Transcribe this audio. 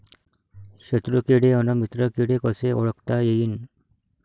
शत्रु किडे अन मित्र किडे कसे ओळखता येईन?